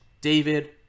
David